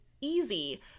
easy